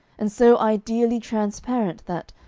and so ideally transparent that,